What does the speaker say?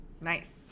Nice